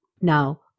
Now